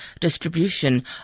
distribution